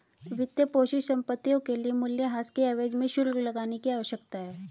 वित्तपोषित संपत्तियों के लिए मूल्यह्रास के एवज में शुल्क लगाने की आवश्यकता है